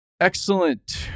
excellent